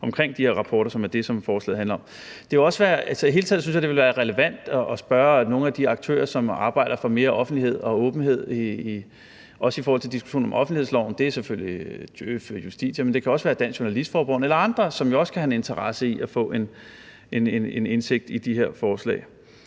omkring de her rapporter, som er det, forslaget handler om. I det hele taget synes jeg, det ville være relevant at spørge nogle af de aktører, som arbejder for mere offentlighed og åbenhed, også i forhold til diskussionen om offentlighedsloven. Det er selvfølgelig Djøf eller Justitia, men det kan også være Dansk Journalistforbund eller andre, som også kan have en interesse i at få en indsigt i de her forslag.